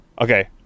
Okay